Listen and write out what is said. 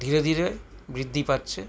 ধীরে ধীরে বৃদ্ধি পাচ্ছে